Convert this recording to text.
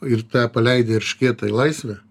ir tą paleidę eršketą į laisvę